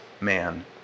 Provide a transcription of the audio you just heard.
man